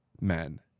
men